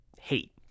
hate